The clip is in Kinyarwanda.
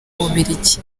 bubiligi